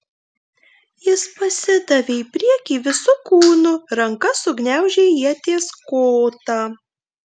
jis pasidavė į priekį visu kūnu ranka sugniaužė ieties kotą